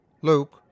Luke